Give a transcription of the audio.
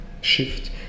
shift